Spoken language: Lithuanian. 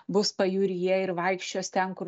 bus pajūryje ir vaikščios ten kur